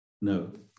No